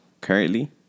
currently